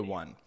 one